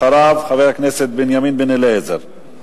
אחריו, חבר הכנסת בנימין בן-אליעזר.